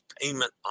payment